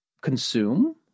consume